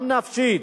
גם נפשית,